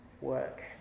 work